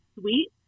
sweet